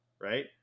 right